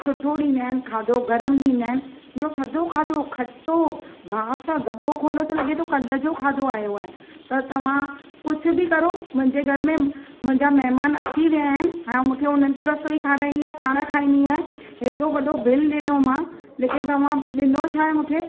सुठो ॾींदा आहिनि खाधो गरमु ॾींदा आहिनि ॿियो थधो खाधो खटो भासि दॿो खोलो त लॻे थो कल्ह जो खाधो आयो आहे त तव्हां कुझु बि करो मुंहिंजे घर में मुंहिंजा महिमान अची विया आहिनि हाणे मूंखे हुनखे रसोई बि खाराइणी आहे पाणि खाइणी आहे हेॾो वॾो बिल ॾिनो मां लेकिनि तव्हां ॾिनो छा आहे मूंखे